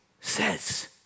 says